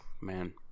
man